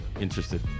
interested